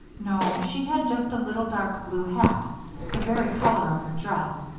no, she had just a little dark blue hat the very color of her dress,